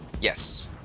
Yes